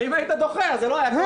אם היית בוכה, אז זה לא היה.